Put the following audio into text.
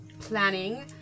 planning